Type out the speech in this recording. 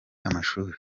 amashuri